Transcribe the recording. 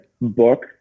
book